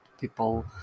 people